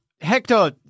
Hector